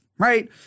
Right